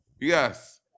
Yes